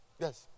Yes